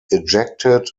ejected